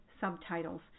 subtitles